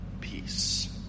peace